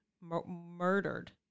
murdered